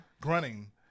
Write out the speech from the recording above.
grunting